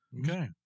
okay